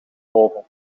oven